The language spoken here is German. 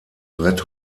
red